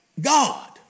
God